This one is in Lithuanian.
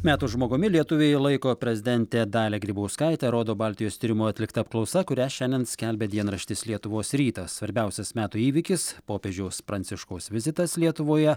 metų žmogumi lietuviai laiko prezidentę dalią grybauskaitę rodo baltijos tyrimų atlikta apklausa kurią šiandien skelbia dienraštis lietuvos rytas svarbiausias metų įvykis popiežiaus pranciškaus vizitas lietuvoje